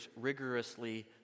rigorously